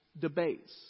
debates